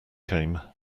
came